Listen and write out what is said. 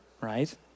right